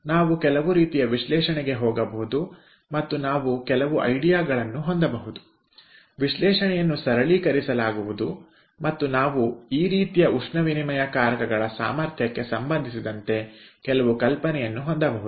ನಾವು ಕೆಲವು ರೀತಿಯ ವಿಶ್ಲೇಷಣೆಗೆ ಹೋಗಬಹುದು ಮತ್ತು ನಾವು ಕೆಲವು ಕಲ್ಪನೆಗಳನ್ನು ಹೊಂದಬಹುದು ವಿಶ್ಲೇಷಣೆಯನ್ನು ಸರಳೀಕರಿಸಿಕೊಳ್ಳಬಹುದು ಮತ್ತು ನಾವು ಈ ರೀತಿಯ ಉಷ್ಣವಿನಿಮಯಕಾರಕಗಳ ಸಾಮರ್ಥ್ಯಕ್ಕೆ ಸಂಬಂಧಿಸಿದಂತೆ ಕೆಲವು ಕಲ್ಪನೆಯನ್ನು ಹೊಂದಬಹುದು